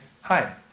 Hi